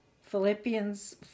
Philippians